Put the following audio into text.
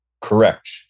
Correct